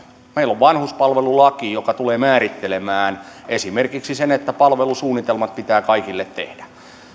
meillä on vanhuspalvelulaki joka tulee määrittelemään esimerkiksi sen että palvelusuunnitelmat pitää kaikille tehdä